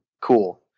cool